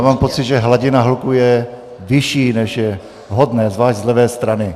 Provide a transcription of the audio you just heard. Mám pocit, že hladina hluku je vyšší, než je vhodné, zvlášť z levé strany.